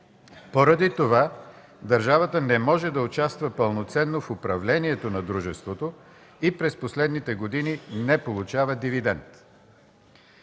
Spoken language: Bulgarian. поради това държавата не може да участва пълноценно в управлението на дружеството и през последните години не получава дивидент.